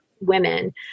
women